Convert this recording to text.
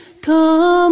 come